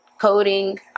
coding